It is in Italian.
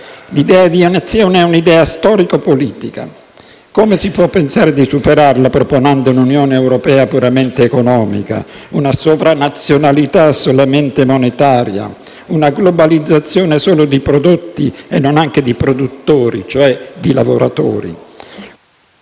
L'idea di Nazione è un'idea storico-politica; come si può pensare di superarla proponendo un'Unione europea puramente economica, una sovranazionalità solamente monetaria, una globalizzazione solo di prodotti e non anche di produttori, cioè di lavoratori?